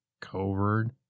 covert